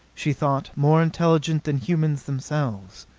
she thought, more intelligent than humans themselves.